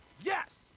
yes